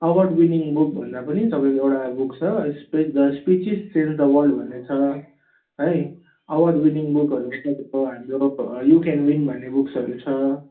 award winning book भन्दा पनि तपाईँको एउटा बुक छ speak the speeches change the world भन्ने छ है अवार्ड विनिङ बुक्सहरूमा तपाईँको हाम्रो यू क्यान विन भन्ने बुक्सहरू छ